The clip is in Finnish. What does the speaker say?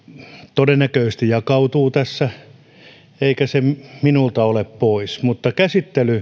todennäköisesti jakautuu tässä eikä se minulta ole pois käsittely oli